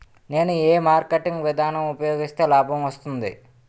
నేను ఏ మార్కెటింగ్ విధానం ఉపయోగిస్తే లాభం వస్తుంది?